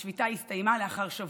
השביתה הסתיימה לאחר שבוע.